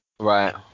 Right